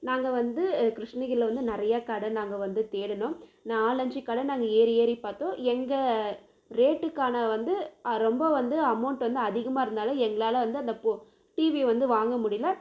நாங்கள் வந்து கிருஷ்ணகிரியில் வந்து நிறைய கடை நாங்கள் வந்து தேடினோம் நாலஞ்சு கடை நாங்கள் ஏறி ஏறிப் பார்த்தோம் எங்கள் ரேட்டுக்கான வந்து ரொம்ப வந்து அமௌண்ட் வந்து அதிகமாக இருந்தனால் எங்களால் வந்து அந்த பொ டிவியை வந்து வாங்க முடியலை